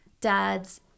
dads